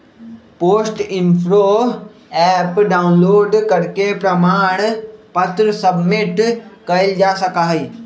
post info app download करके प्रमाण पत्र सबमिट कइल जा सका हई